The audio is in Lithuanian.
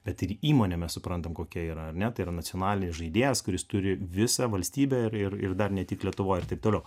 bet ir įmonė mes suprantame kokia yra tai yra nacionalinė žaidėjas kuris turi visą valstybę ir ir dar ne tik lietuvoj ir taip toliau